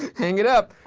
hang it up.